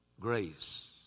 grace